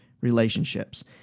relationships